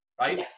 right